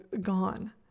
gone